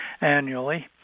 annually